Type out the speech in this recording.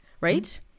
right